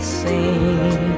seen